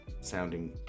sounding